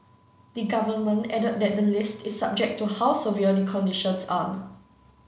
the Government added that the list is subject to how severe the conditions are